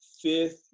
fifth